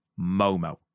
Momo